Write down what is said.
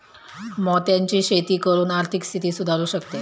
मोत्यांची शेती करून आर्थिक स्थिती सुधारु शकते